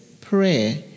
prayer